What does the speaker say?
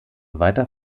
weiter